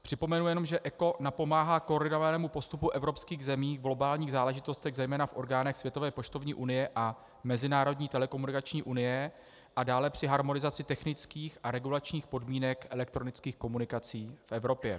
Připomenu jenom, že ECO napomáhá koordinovanému postupu evropských zemí v globálních záležitostech, zejména v orgánech Světové poštovní unie a Mezinárodní telekomunikační unie, a dále při harmonizaci technických a regulačních podmínek elektronických komunikací v Evropě.